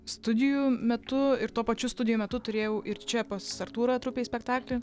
studijų metu ir tuo pačiu studijų metu turėjau ir čia pas artūrą trupėj spektaklį